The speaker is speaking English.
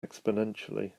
exponentially